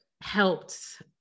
helped